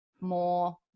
more